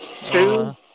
two